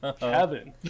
Kevin